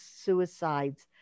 suicides